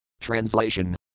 Translation